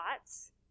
thoughts